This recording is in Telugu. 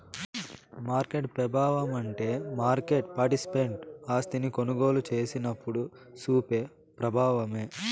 మార్కెట్ పెబావమంటే మార్కెట్ పార్టిసిపెంట్ ఆస్తిని కొనుగోలు సేసినప్పుడు సూపే ప్రబావమే